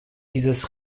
dieses